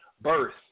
birth